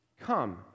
Come